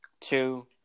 two